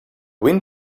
wind